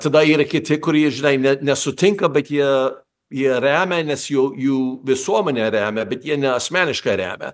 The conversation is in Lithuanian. tada yra kiti kurie žinai ne nesutinka bet jie jie remia nes jau jų visuomenė remia bet jie ne asmeniškai remia